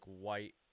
White